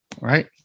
Right